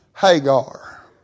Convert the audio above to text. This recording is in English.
Hagar